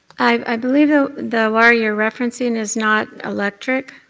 i believe ah the wire you're referencing is not electric,